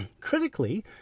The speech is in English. Critically